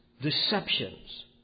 deceptions